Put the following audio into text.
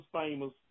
famous